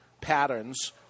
patterns